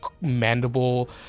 mandible